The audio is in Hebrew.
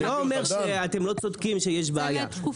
אני לא אומר שאתם לא צודקים שיש בעיה -- זה לתקופה.